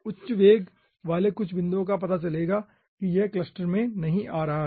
उच्च वेग वाले कुछ बिंदुओं से पता चलेगा कि यह क्लस्टर में नहीं आ रहा है